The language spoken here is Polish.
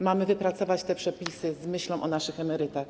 Mamy wypracować te przepisy z myślą o naszych emerytach.